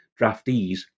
draftees